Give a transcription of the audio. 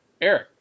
Eric